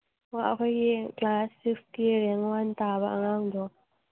ꯑꯣ ꯑꯩꯈꯣꯏꯒꯤ ꯀ꯭ꯂꯥꯁ ꯁꯤꯛꯁꯀꯤ ꯔꯦꯡ ꯋꯥꯟ ꯇꯥꯕ ꯑꯉꯥꯡꯗꯣ